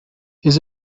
his